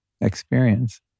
experience